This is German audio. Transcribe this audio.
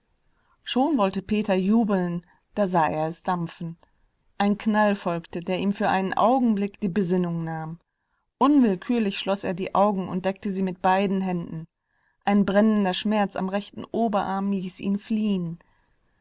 schon wollte peter jubeln da sah er es dampfen ein knall folgte der ihm für einen augenblick die besinnung nahm unwillkürlich schloß er die augen und deckte sie mit beiden händen ein brennender schmerz am rechten oberarm ließ ihn fliehen